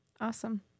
Awesome